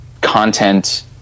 content